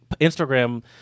Instagram